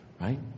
right